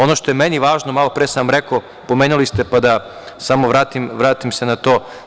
Ono što je meni važno, malopre sam vam rekao, pomenuli ste, pa da se samo vratim na to.